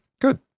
Good